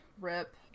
rip